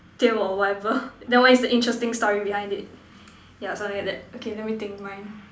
tail or whatever then what is the interesting story behind it yeah something like that okay let me think mine